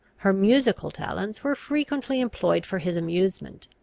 her musical talents were frequently employed for his amusement.